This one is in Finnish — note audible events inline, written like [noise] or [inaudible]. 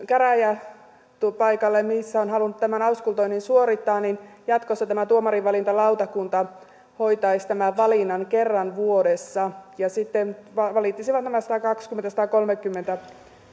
[unintelligible] käräjäpaikalle missä ovat halunneet tämän auskultoinnin suorittaa niin jatkossa tämä tuomarinvalintalautakunta hoitaisi tämän valinnan kerran vuodessa ja sitten valitsisivat nämä satakaksikymmentä viiva satakolmekymmentä